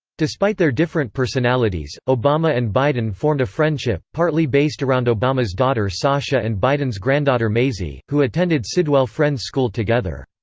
despite their different personalities, obama and biden formed a friendship, partly based around obama's daughter sasha and biden's granddaughter maisy, who attended sidwell friends school together.